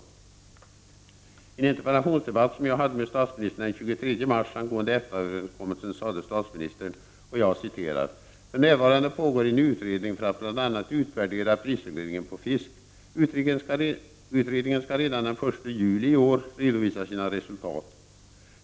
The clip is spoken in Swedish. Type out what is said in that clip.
I en interpellationsdebatt som jag hade med statsministern den 23 mars angående EFTA-överenskommelsen sade statsministern: ”För närvarande pågår en utredning för att bl.a. utvärdera prisregleringen på fisk. Utredningen skall redan den 1 juli i år redovisa sina resultat.